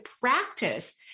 practice